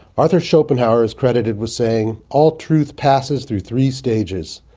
arthur schopenhauer is credited with saying all truth passes through three stages.